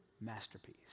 masterpiece